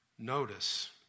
Notice